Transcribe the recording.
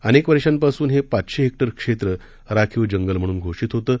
अनेक वर्षांपासून हे पाचशे हेक्टर क्षेत्र राखीव जंगल म्हणून घोषित होतं